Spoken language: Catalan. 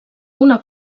una